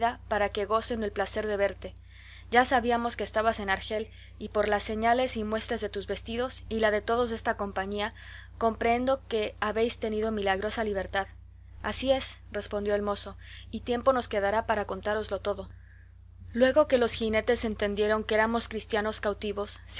para que gocen el placer de verte ya sabíamos que estabas en argel y por las señales y muestras de tus vestidos y la de todos los desta compañía comprehendo que habéis tenido milagrosa libertad así es respondió el mozo y tiempo nos quedará para contároslo todo luego que los jinetes entendieron que éramos cristianos cautivos